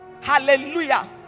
Hallelujah